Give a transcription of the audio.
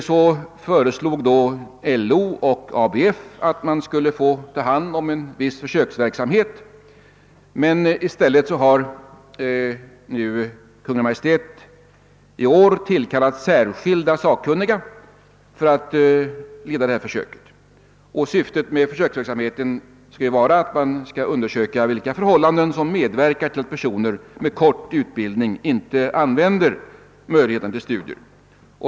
Så föreslog LO och ABF att de skulle få ta hand om en viss försöksverksamhet. Men i stället har nu Kungl. Maj:t i år tillkallat särskilda sakkunniga för att leda detta försök. Syftet med försöksverksamheten skall vara att undersöka vilka förhållanden som medverkar till att personer med kort utbildning inte använder möjligheterna till studier.